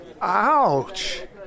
Ouch